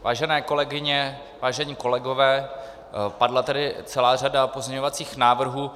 Vážené kolegyně, vážení kolegové, padla tady celá řada pozměňovacích návrhů.